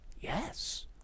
yes